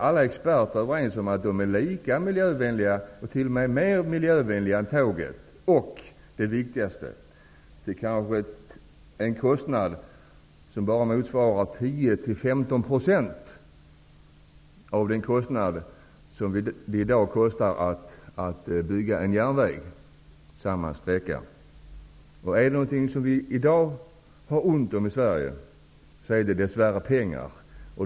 Alla experter är överens om att de är lika miljövänliga, ja, t.o.m. mer miljövänliga än tåget och, det viktigaste, till en kostnad som bara motsvarar 10--15 % av vad det i dag kostar att bygga en järnväg samma sträcka. Är det någonting som vi i dag har ont om i Sverige är det dess värre pengar.